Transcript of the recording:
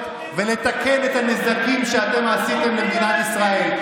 ולתקן את הנזקים שאתם עשיתם למדינת ישראל.